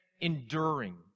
enduring